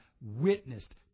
witnessed